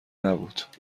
نبود